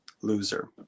loser